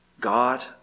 God